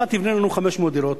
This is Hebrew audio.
אתה תבנה לנו 500 דירות,